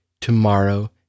tomorrow